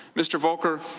mr. volker,